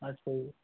ਅੱਛਾ ਜੀ